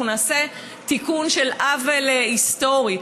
אנחנו נעשה תיקון של עוול היסטורי.